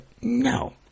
No